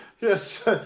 Yes